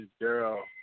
girl